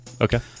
Okay